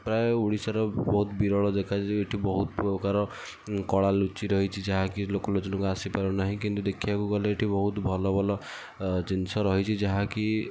ପ୍ରାୟ ଓଡ଼ିଶାର ବହୁତ ବିରଳ ଦେଖାଯାଏ ଏଠି ବହୁତ ପ୍ରକାର କଳା ଲୁଚି ରହିଛି ଯାହାକି ଲୋକଲୋଚନକୁ ଆସିପାରୁ ନାହିଁ କିନ୍ତୁ ଦେଖିବାକୁ ଗଲେ ଏଠି ବହୁତ ଭଲ ଭଲ ଜିନିଷ ରହିଛି ଯାହାକି